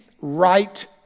right